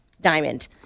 Diamond